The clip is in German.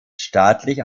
staatlich